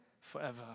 forever